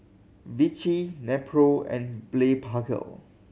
Vichy Nepro and Blephagel